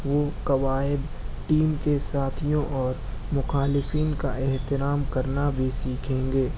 وہ قواعد ٹیم کے ساتھیوں اور مخالفین کا احترام کرنا بھی سیکھیں گے